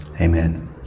Amen